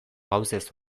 gauzez